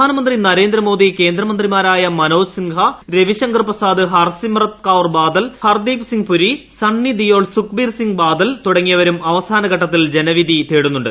പ്രധാനമന്ത്രി നരേന്ദ്രമോദി കേന്ദ്രമന്ത്രിമാരായ മനോജ് സിൻഹ രവിശങ്കർ പ്രസാദ് ഹർസിമ്രത് കൌർ ബാദൽ ഹർദീപ് സിങ്പുരി സണ്ണിദിയോൾസുക്ബീർ സിംഗ് ബാദൽ തുടങ്ങിയവരും അവസാന ഘട്ടത്തിൽ ജനവിധി തേടുന്നുണ്ട്